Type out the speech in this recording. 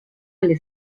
alle